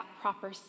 proper